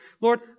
Lord